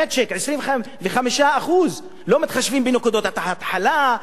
"מצ'ינג" 25%. לא מתחשבים בנקודות ההתחלה,